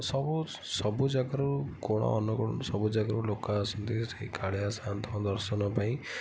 ସବୁ ସବୁ ଜାଗାରୁ କୋଣ ଅନୁକୋଣ ସବୁ ଜାଗାରୁ ଲୋକ ଆସିକରି ସେଇ କାଳିଆ ସାଆନ୍ତଙ୍କ ଦର୍ଶନପାଇଁ